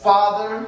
Father